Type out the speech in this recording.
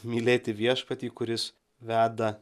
mylėti viešpatį kuris veda